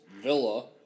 villa